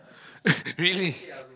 really